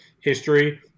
history